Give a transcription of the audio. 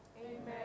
Amen